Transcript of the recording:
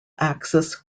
axis